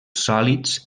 sòlids